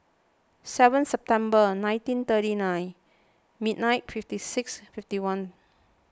seven September nineteen thirty nine midnight fifty six fifty one